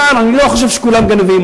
אני לא חושב שכולם גנבים.